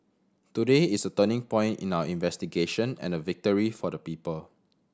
today is a turning point in our investigation and a victory for the people